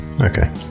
okay